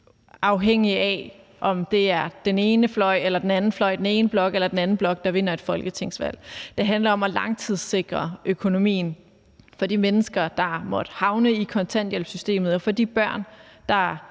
afhængig af, om det er den ene fløj eller den anden fløj eller den ene blok eller den anden blok, der vinder et folketingsvalg. Det handler om at langtidssikre økonomien for de mennesker, der måtte havne i kontanthjælpssystemet, og for de børn, der